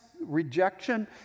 rejection